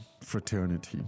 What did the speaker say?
fraternity